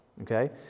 okay